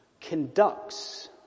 conducts